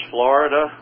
Florida